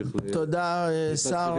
תודה לשר